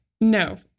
No